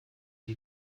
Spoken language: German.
die